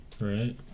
right